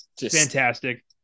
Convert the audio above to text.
fantastic